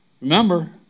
Remember